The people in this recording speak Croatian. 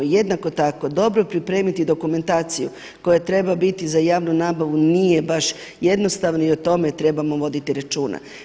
Jednako tako dobro pripremiti dokumentaciju koja treba biti za javnu nabavu, nije baš jednostavno i o tome trebamo voditi računa.